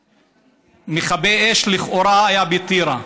מכבי אש לכאורה היה בטירה.